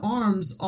arms